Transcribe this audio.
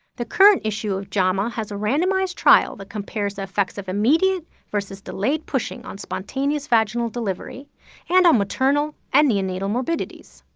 the current issue of jama has a randomized trial that compares the effects of immediate versus delayed pushing on spontaneous vaginal delivery and on maternal and neonatal morbidities.